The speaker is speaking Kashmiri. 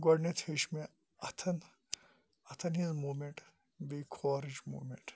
گۄڈنیٚتھ ہیٚچھ مےٚ اَتھَن اَتھَن ہٕنٛز مومیٚنٹ بیٚیہِ کھورٕچ مومیٚنٹ